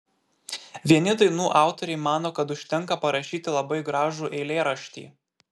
vieni dainų autoriai mano kad užtenka parašyti labai gražų eilėraštį